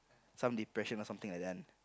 some depression or something like that one